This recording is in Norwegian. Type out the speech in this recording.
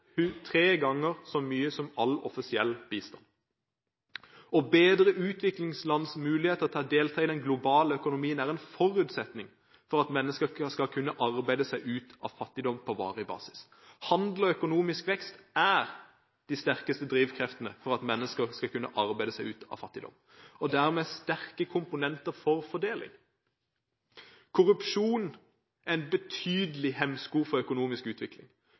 tre ganger så mye som all offisiell bistand. Å bedre utviklingslands muligheter til å delta i den globale økonomien er en forutsetning for at mennesker skal kunne arbeide seg ut av fattigdom på varig basis. Handel og økonomisk vekst er de sterkeste drivkreftene for at mennesker skal kunne arbeide seg ut av fattigdom – og er dermed sterke komponenter for fordeling. Korrupsjon er en betydelig hemsko for økonomisk utvikling.